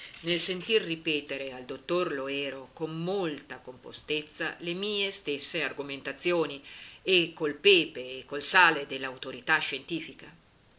nel sentir ripetere al dottor loero con molta compostezza le mie stesse argomentazioni e col pepe e col sale dell'autorità scientifica